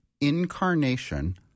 incarnation